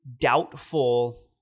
doubtful